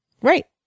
Right